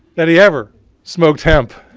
that he ever smoked hemp.